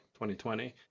2020